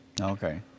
Okay